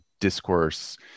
discourse